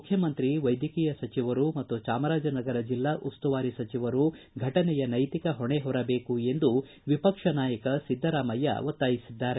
ಮುಖ್ಯಮಂತ್ರಿ ವೈದ್ಯಕೀಯ ಸಚಿವರು ಮತ್ತು ಚಾಮರಾಜನಗರ ಜಿಲ್ಲಾ ಉಸ್ತುವಾರಿ ಸಚಿವರು ಘಟನೆಯ ನೈತಿಕ ಹೊಣೆ ಹೊರಬೇಕು ಎಂದು ವಿಪಕ್ಷ ನಾಯಕ ಸಿದ್ದರಾಮಯ್ಕ ಹೇಳಿದ್ದಾರೆ